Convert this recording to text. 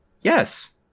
Yes